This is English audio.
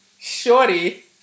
Shorty